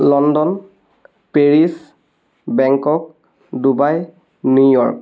London Paris Bangkok Dubai New York